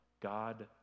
God